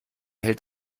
hält